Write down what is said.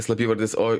slapyvardis o